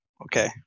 Okay